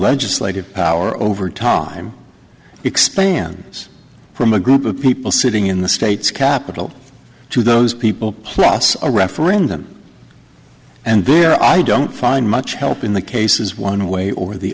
legislative power over time expand us from a group of people sitting in the state's capital to those people plus a referendum and there i don't find much help in the cases one way or the